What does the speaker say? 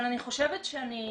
אני חושבת שאני